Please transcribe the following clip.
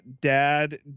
Dad